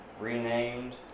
renamed